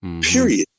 period